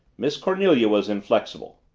miss cornelia was inflexible.